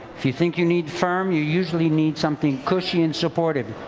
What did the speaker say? you think you need firm, you usually need something cushy and supportive.